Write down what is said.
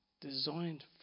designed